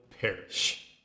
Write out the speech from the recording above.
perish